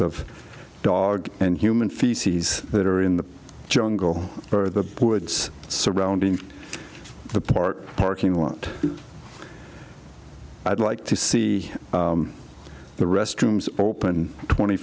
of dog and human feces that are in the jungle or the woods surrounding the park parking lot i'd like to see the restrooms open twenty